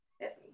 yes